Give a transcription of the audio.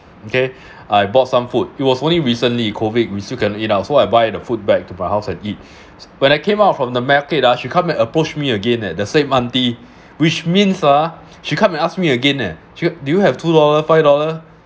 okay I bought some food it was only recently COVID we still can eat out so I buy the food back to my house and eat when I came out from the market ah she come and approach me again leh the same auntie which means ah she come and ask me again leh do do you have two dollar five dollar